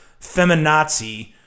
feminazi